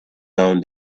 down